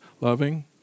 loving